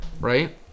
right